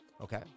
okay